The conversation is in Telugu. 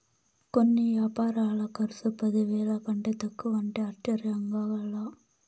కొన్ని యాపారాల కర్సు పదివేల కంటే తక్కువంటే ఆశ్చర్యంగా లా